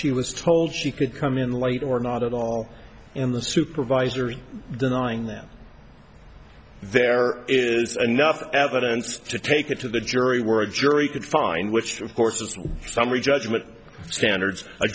she was told she could come in late or not at all in the supervisory denying that there is enough evidence to take it to the jury where a jury could find which of course is a summary judgment standards